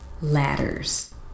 ladders